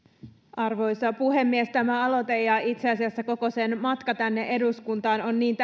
arvoisa puhemies tämä aloite ja itse asiassa koko sen matka tänne eduskuntaan on niin